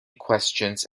questions